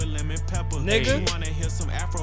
Nigga